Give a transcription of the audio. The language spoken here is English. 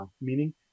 meaning